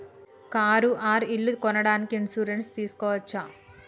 Car or ఇల్లు కొనడానికి insurance తీస్కోవచ్చా?